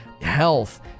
health